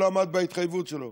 ולא עמד בהתחייבות שלו.